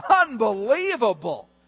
unbelievable